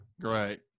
great